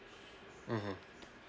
mmhmm